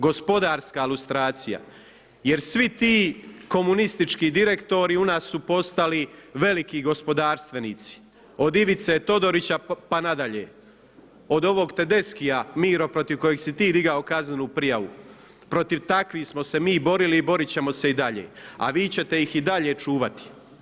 Gospodarska lustracija jer svi ti komunistički direktori u nas su postali veliki gospodarstvenici od Ivice Todorića pa nadalje, od ovog Tedeschia, Miro protiv kojeg si ti digao kaznenu prijavu, protiv takvih smo se mi borili i borit ćemo se i dalje, a vi ćete ih i dalje čuvati.